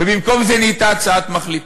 ובמקום זה נהייתה הצעת מחליטים.